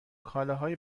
کالاهای